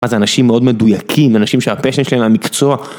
אז אנשים מאוד מדויקים, אנשים שהפשן שלהם הוא המקצוע